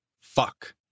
Fuck